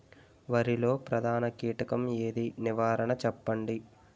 వరిలో ప్రధాన కీటకం ఏది? నివారణ చెప్పండి?